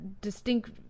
distinct